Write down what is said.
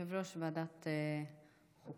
יושב-ראש ועדת החוקה.